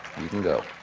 you can go.